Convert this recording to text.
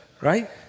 right